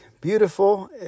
beautiful